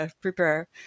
prepare